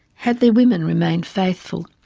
had their women remained faithful?